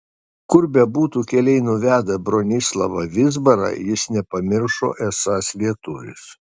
kur bebūtų keliai nuvedę bronislavą vizbarą jis nepamiršo esąs lietuvis